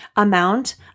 amount